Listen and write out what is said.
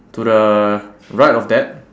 to the right of that